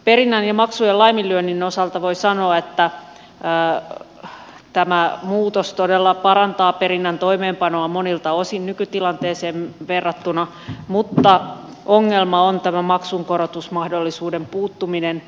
perinnän ja maksujen laiminlyönnin osalta voi sanoa että tämä muutos todella parantaa perinnän toimeenpanoa monilta osin nykytilanteeseen verrattuna mutta ongelma on maksunkorotusmahdollisuuden puuttuminen